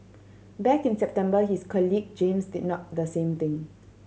back in September his colleague James did not the same thing